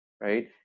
right